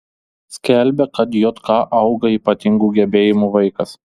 skelbia kad jk auga ypatingų gebėjimų vaikas